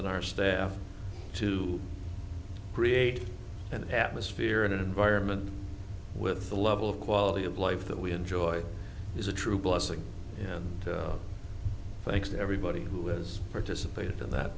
and our staff to create an atmosphere in an environment with a level of quality of life that we enjoy is a true blessing and thanks to everybody who is participating in that